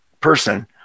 person